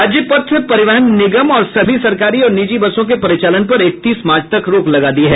राज्य पथ परिवहन निगम और सभी सरकारी और निजी बसों के परिचालन पर इकतीस मार्च तक रोक लगा दी है